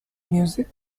music